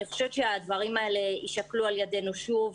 אני חושבת שהדברים האלה ישקלו על ידינו שוב.